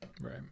Right